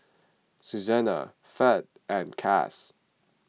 Susannah Fed and Cass